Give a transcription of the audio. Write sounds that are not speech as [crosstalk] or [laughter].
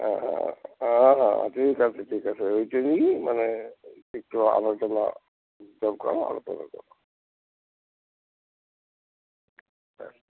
হ্যাঁ হ্যাঁ হ্যাঁ হ্যাঁ ঠিক আছে ঠিক আছে ওই জন্যেই মানে একটু আলোচনা দরকার আলোচনা [unintelligible]